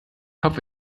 kopf